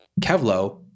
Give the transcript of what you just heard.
kevlo